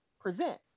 present